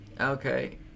Okay